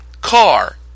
car